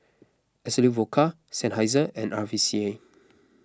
Absolut Vodka Seinheiser and R V C A